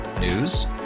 News